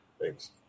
thanks